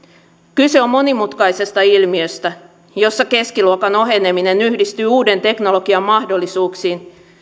kyse on monimutkaisesta ilmiöstä jossa keskiluokan oheneminen yhdistyy uuden teknologian mahdollisuuksiin